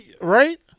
Right